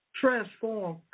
transform